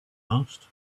asked